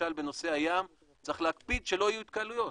למשל בנושא הים, צריך להקפיד שלא יהיו התקהלויות.